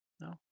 No